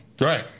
Right